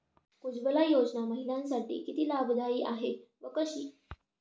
उज्ज्वला योजना महिलांसाठी किती लाभदायी आहे व कशी?